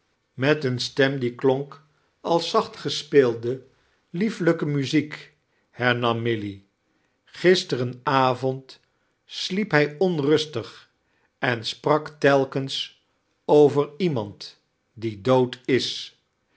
met eene stem die klionk als zaeht gespeeltle lieflijke muziek hemam milly gi slteren avond sliep hij omrusrtrig en sprak telkens over iemand die dood is